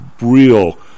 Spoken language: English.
real